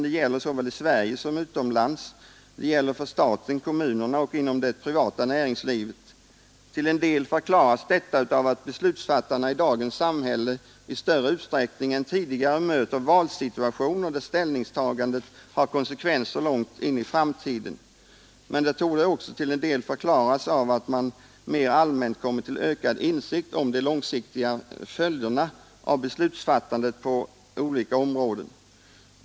Det gäller såväl i Sverige som utomlands. Det gäller för staten, kommunerna och inom det privata näringslivet. Till en del förklaras detta av att beslutsfattarna i dagens samhälle i större utstri ning än tidigare möter valsituationer där ställningstagandet har konsekvenser långt in i framtiden. Men det torde också till en del förklaras av att man mer allmänt kommit till ökad insikt om de långsiktiga följderna av beslutsfattandet på olika områden.